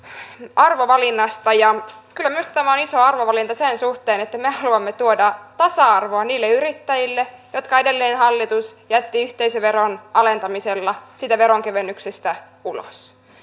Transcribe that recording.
arvovalinnasta ja kyllä minusta tämä on iso arvovalinta sen suhteen että me haluamme tuoda tasa arvoa niille yrittäjille jotka edellinen hallitus jätti yhteisöveron alentamisella niistä veronkevennyksistä ulos